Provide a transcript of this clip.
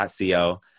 .co